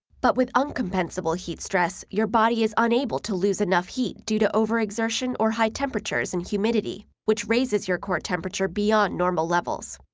but with uncompensable heat stress, your body is unable to lose enough heat due to overexertion or high temperatures in humidity, which raises your core temperature beyond normal levels.